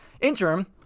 Interim